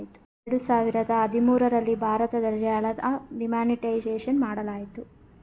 ಎರಡು ಸಾವಿರದ ಹದಿಮೂರಲ್ಲಿ ಭಾರತದಲ್ಲಿ ಹಣದ ಡಿಮಾನಿಟೈಸೇಷನ್ ಮಾಡಲಾಯಿತು